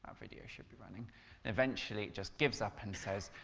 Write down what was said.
um video should be running, and eventually it just gives up and says,